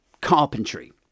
Carpentry